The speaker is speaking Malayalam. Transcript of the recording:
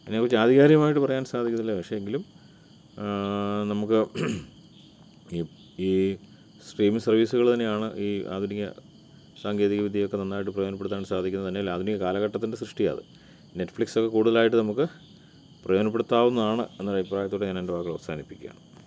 അതിനെക്കുറിച്ച് ആധികാരികമായിട്ട് പറയാൻ സാധിക്കുന്നില്ല പക്ഷേ എങ്കിലും നമുക്ക് ഈ ഈ സ്ട്രീമിങ് സർവീസുകള് തന്നെയാണ് ഈ ആധുനിക സാങ്കേതികവിദ്യയൊക്കെ നന്നായിട്ട് പ്രയോജനപ്പെടുത്താൻ സാധിക്കുന്നത് തന്നെയും അല്ല ആധുനിക കാലഘട്ടത്തിൻ്റെ സൃഷ്ടിയാണ് അത് നെറ്റ്ഫ്ലിക്സൊക്കെ കൂടുതലായിട്ട് നമുക്ക് പ്രയോജനപ്പെടുത്താവുന്നതാണ് എന്നൊരാഭിപ്രായത്തോടെ ഞാനെൻ്റെ വാക്കുകൾ അവസാനിപ്പിക്കുകയാണ്